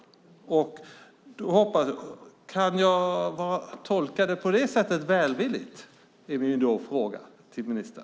Kan jag tolka det välvilligt på det sättet? Det är min fråga till ministern.